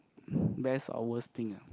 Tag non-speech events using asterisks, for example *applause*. *breath* mass hours thing ah